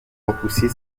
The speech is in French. repousser